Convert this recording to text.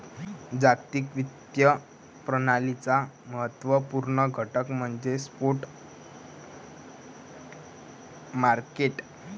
जागतिक वित्तीय प्रणालीचा महत्त्व पूर्ण घटक म्हणजे स्पॉट मार्केट